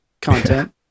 content